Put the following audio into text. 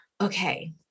okay